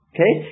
Okay